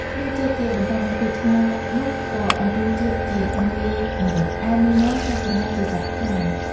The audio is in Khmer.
លុះជាតិជាបន្ទាប់មកទៀត ឆ្មានោះ ក៏អន្ទោលជាតិជាមេម្រឹត ឯមេមាន់ ចាប់កំណើតជាសត្វខ្លា ។